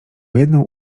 jedną